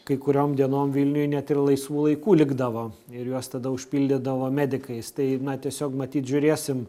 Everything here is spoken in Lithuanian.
kai kuriom dienom vilniuj net ir laisvų laikų likdavo ir juos tada užpildydavo medikais tai na tiesiog matyt žiūrėsim